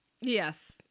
Yes